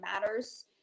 matters